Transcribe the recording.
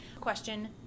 Question